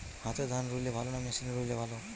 হাতে ধান রুইলে ভালো না মেশিনে রুইলে ভালো?